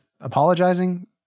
apologizing